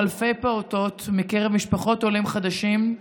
אלפי פעוטות מקרב משפחות עולים חדשים,